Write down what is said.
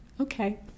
Okay